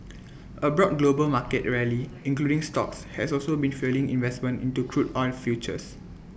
A broad global market rally including stocks has also been fuelling investment into crude oil futures